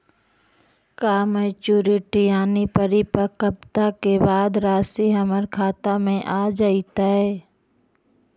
का मैच्यूरिटी यानी परिपक्वता के बाद रासि हमर खाता में आ जइतई?